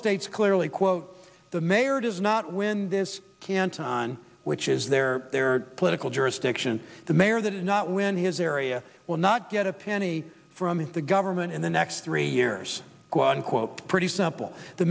states clearly quote the mayor does not when this can't on which is their their political jurisdiction the mayor that is not when his area will not get a penny from his the government in the next three years one quote pretty